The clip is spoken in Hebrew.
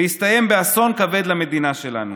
ויסתיים באסון כבד למדינה שלנו.